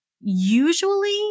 usually